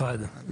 הצבעה בעד,